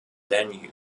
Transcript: danube